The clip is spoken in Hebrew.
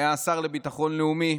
היה השר לביטחון לאומי.